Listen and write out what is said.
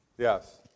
Yes